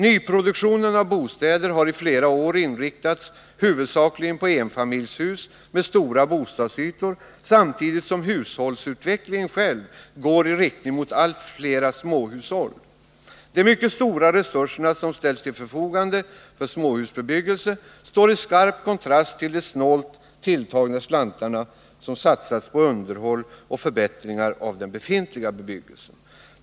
Nyproduktionen av bostäder har i flera år inriktats huvudsakligen på enfamiljshus med stora bostadsytor, samtidigt som hushållsutvecklingen går i riktning mot allt flera småhushåll. De mycket stora resurser som ställs till förfogande för småhusbebyggelse står i skarp kontrast till de snålt tilltagna slantarna som satsas på underhåll och förbättringar av den befintliga bebyggelsen.